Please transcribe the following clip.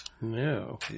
No